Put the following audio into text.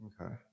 Okay